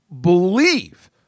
believe